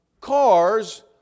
cars